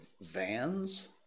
vans